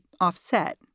offset